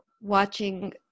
watching